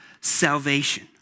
salvation